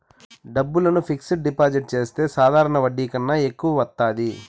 డబ్బులను fixed deposit చేస్తే సాధారణ వడ్డీ కన్నా ఎక్కువ వత్తాది